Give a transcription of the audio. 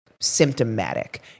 symptomatic